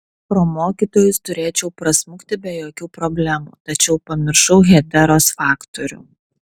pro mokytojus turėčiau prasmukti be jokių problemų tačiau pamiršau heteros faktorių